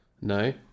No